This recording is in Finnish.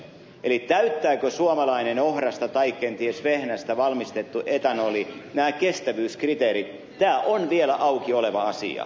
eli täyttääkö suomalainen ohrasta tai kenties vehnästä valmistettu etanoli nämä kestävyyskriteerit tämä on vielä auki oleva asia